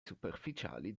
superficiali